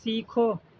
سیکھو